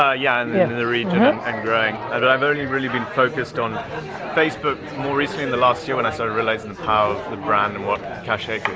ah yeah and the and the region and growing, and i've only really been focused on ah facebook, more recently in the last year when i started realizing how the brand won't cache,